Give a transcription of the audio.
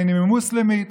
שהיא מוסלמית.